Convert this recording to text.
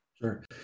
Sure